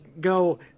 go